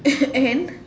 and